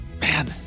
Man